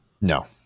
No